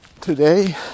today